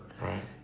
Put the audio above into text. Right